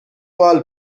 قال